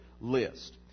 list